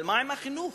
אבל מה עם החינוך?